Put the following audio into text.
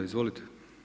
Izvolite.